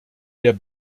der